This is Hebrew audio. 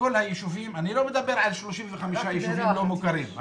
בכל היישובים אני לא מדבר על 35 יישובים לא מוכרים,